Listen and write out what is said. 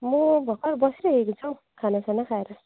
म भर्खर बसिरहेको छु खानासाना खाएर